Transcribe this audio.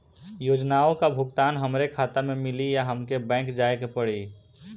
योजनाओ का भुगतान हमरे खाता में मिली या हमके बैंक जाये के पड़ी?